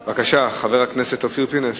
בבקשה, חבר הכנסת אופיר פינס-פז.